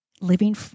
living